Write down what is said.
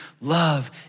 Love